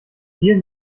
vielen